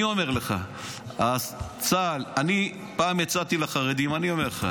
אני אומר לך, פעם הצעתי לחרדים, אמרת: